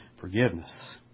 forgiveness